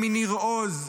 מניר עוז,